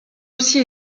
aussi